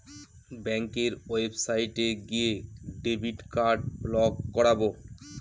ব্যাঙ্কের ওয়েবসাইটে গিয়ে ডেবিট কার্ড ব্লক করাবো